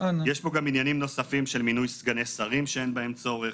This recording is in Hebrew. יש פה גם עניינים נוספים של מינוי סגני שרים שאין בהם צורך.